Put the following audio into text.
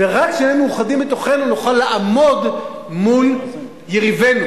ורק כשנהיה מאוחדים בתוכנו נוכל לעמוד מול יריבינו.